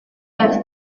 have